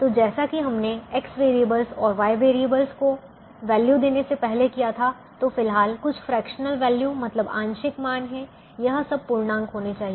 तो जैसा कि हमने X वेरिएबल्स और Y वेरिएबल्स को वैल्यू देने से पहले किया था तो फिलहाल कुछ फ्रेक्शनल वैल्यू मतलब आंशिक मान हैं यह सब पूर्णांक होना चाहिए